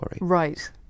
Right